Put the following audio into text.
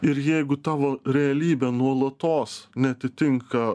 ir jeigu tavo realybė nuolatos neatitinka